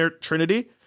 trinity